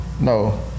no